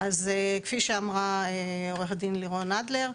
אז כפי שאמרה עו"ד לירון אדלר,